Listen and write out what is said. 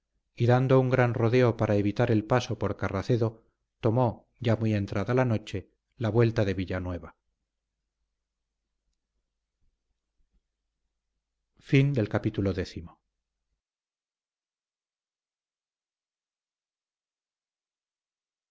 y dando un gran rodeo para evitar el paso por carracedo tomó ya muy entrada la noche la vuelta de villabuena